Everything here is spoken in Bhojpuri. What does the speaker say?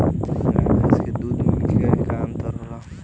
गाय भैंस के दूध में का अन्तर होला?